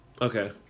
Okay